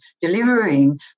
delivering